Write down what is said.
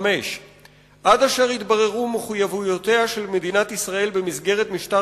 5. עד אשר יתבררו מחויבויותיה של ישראל במסגרת משטר